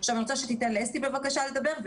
אני רוצה שתיתן בבקשה לאסתי לדבר.